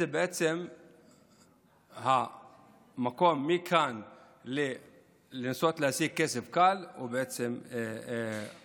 זה בעצם המקום לנסות להשיג כסף קל, או בעצם מהיר,